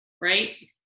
Right